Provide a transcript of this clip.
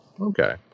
Okay